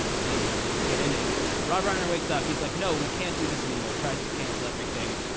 so they don't have to, like, get into any of that. rob reiner wakes up. he's like, no, we can't do this anymore. tries to cancel everything.